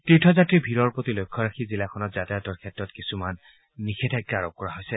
তীৰ্থ যাত্ৰীৰ ভিৰৰ প্ৰতি লক্ষ্য ৰাখি জিলাখনত যাতায়াতৰ ক্ষেত্ৰত কিছুমান নিষেধাজ্ঞা আৰোপ কৰা হৈছে